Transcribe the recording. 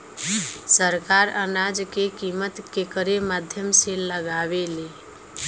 सरकार अनाज क कीमत केकरे माध्यम से लगावे ले?